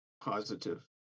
positive